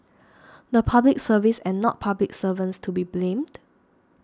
the Public Service and not public servants to be blamed